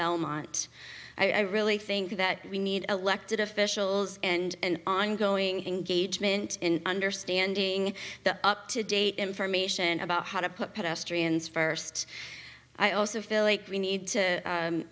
belmont i really think that we need elected officials and ongoing engagement in understanding the up to date information about how to put pedestrians first i also feel like we need to